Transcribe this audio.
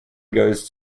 goes